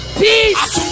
peace